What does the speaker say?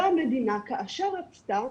והמדינה כאשר רצתה,